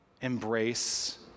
embrace